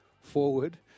forward